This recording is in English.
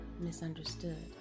misunderstood